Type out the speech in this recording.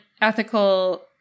ethical